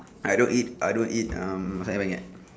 I don't eat I don't eat um nasi ayam penyet